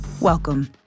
welcome